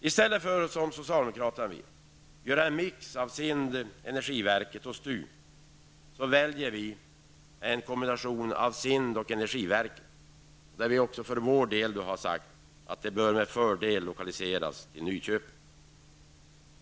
I stället för att göra en mix av SIND, Energiverket och STU -- som socialdemokraterna vill -- väljer vi en kombination av SIND och Energiverket. Vi för vår del anser att den nya myndigheten med fördel bör kunna lokaliseras till Nyköping.